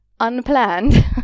Unplanned